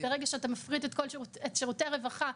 ברגע שאתה מפריט את שירותי הרווחה,